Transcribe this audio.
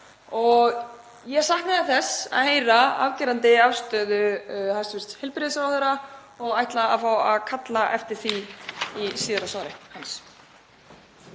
og ég saknaði þess að heyra afgerandi afstöðu hæstv. heilbrigðisráðherra og ætla að fá að kalla eftir því í síðara svari